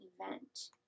Event